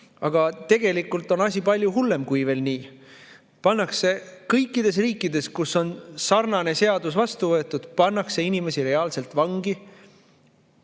Aga tegelikult on asi palju hullem kui nii. Pannakse kõikides riikides, kus on sarnane seadus vastu võetud, inimesi reaalselt vangi